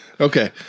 Okay